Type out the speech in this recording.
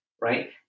right